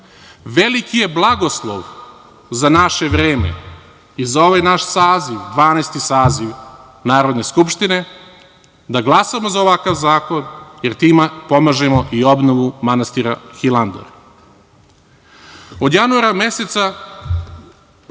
je blagoslov za naše vreme i za ovaj naš Dvanaesti saziv Narodne skupštine, da glasamo za ovakav zakon, jer time pomažemo i obnovu manastira Hilandar. Od januara meseca